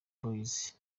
boys